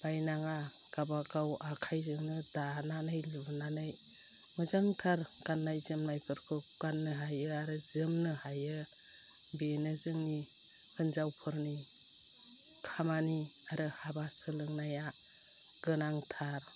बायनाङा गाबागाव आखायजोंनो दानानै लुनानै मोजांथार गान्नाय जोमनायफोरखौ गाननो हायो आरो जोमनो हायो बेनो जोंनि हिन्जावफोरनि खामानि आरो हाबा सोलोंनाया गोनांथार